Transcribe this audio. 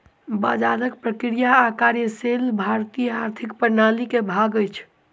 बजारक प्रक्रिया आ कार्यशैली भारतीय आर्थिक प्रणाली के भाग अछि